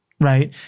right